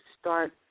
start